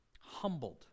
Humbled